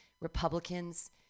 Republicans—